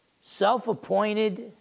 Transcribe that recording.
self-appointed